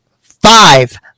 five